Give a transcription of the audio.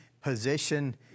position